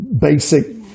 basic